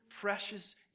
precious